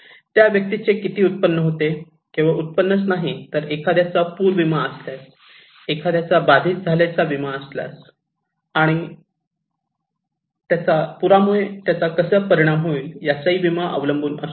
त्या व्यक्तीचे किती उत्पन्न होते केवळ उत्पन्नच नाही तर एखाद्याचा पूर विमा असल्यास एखाद्याचा बाधित झाल्याचा विमा असल्यास आणि त्याचा पुरामुळे त्याचा कसा परिणाम होईल याचा विमाही अवलंबून असतो